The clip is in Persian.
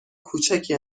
کوچکی